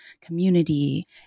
community